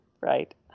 Right